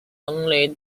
only